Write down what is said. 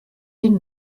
den